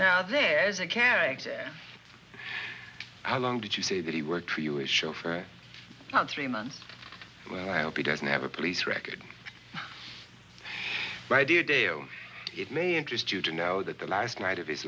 now there is a character how long did you say that he worked for you a show for three months when i hope he doesn't have a police record ready a day oh it may interest you to know that the last night of his